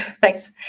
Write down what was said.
thanks